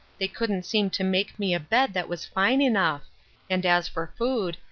they couldn't seem to make me a bed that was fine enough and as for food,